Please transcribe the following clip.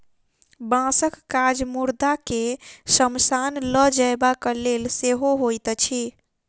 बाँसक काज मुर्दा के शमशान ल जयबाक लेल सेहो होइत अछि